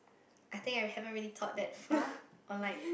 I think I haven't really thought that far or like